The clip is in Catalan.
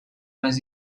més